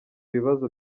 bibazo